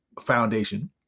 foundation